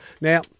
Now